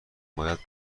باید